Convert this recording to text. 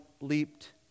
leaped